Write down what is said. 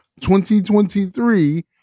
2023